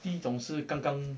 第一种是刚刚